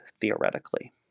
theoretically